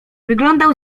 wyglądał